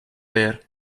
there